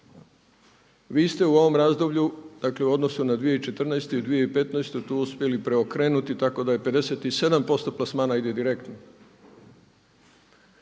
Vi ste u ovom razdoblju, dakle u odnosu na 2014. i 2015. tu uspjeli preokrenuti tako da i 57% plasmana ide direktno.